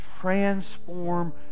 transform